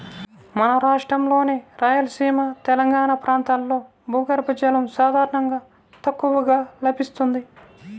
మన రాష్ట్రంలోని రాయలసీమ, తెలంగాణా ప్రాంతాల్లో భూగర్భ జలం సాధారణంగా తక్కువగా లభిస్తుంది